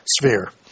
sphere